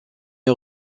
est